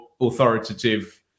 authoritative